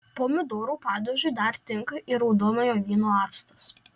pomidorų padažui dar tinka ir raudonojo vyno actas